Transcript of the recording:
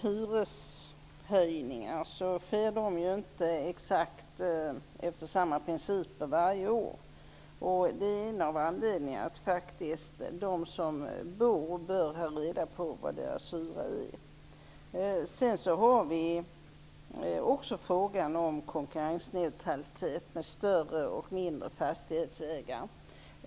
Hyreshöjningarna sker ju inte exakt efter samma principer varje år. Det är en av anledningarna till att de boende bör ha reda på vad deras hyra är. Vi har också frågan om konkurrensneutralitet mellan större och mindre fastighetsägare.